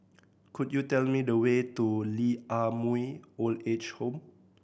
could you tell me the way to Lee Ah Mooi Old Age Home